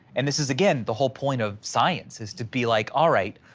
and this is, again, the whole point of science is to be like, all right,